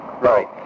Right